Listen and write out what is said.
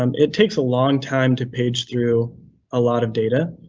um it takes a long time to page through a lot of data.